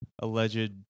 alleged